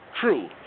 True